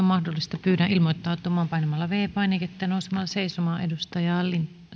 mahdollista pyydän ilmoittautumaan painamalla viides painiketta ja nousemalla seisomaan